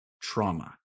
trauma